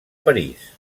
parís